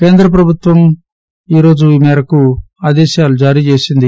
కేంద్ర ప్రభుత్వం ఈరోజు ఈ మేరకు ఆదేశాలు జారీచేసింది